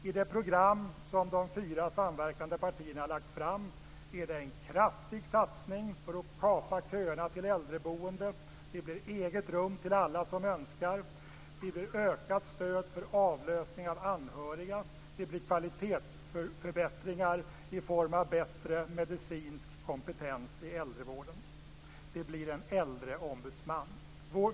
I det program som de fyra samverkande partierna har lagt fram är det en kraftig satsning för att kapa köerna till äldreboende. Det blir eget rum för alla som önskar det. Det blir ökat stöd för avlösning av anhöriga. Det blir kvalitetsförbättringar i form av bättre medicinsk kompetens i äldrevården. Det blir en äldreombudsman.